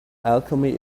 alchemy